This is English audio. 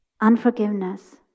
unforgiveness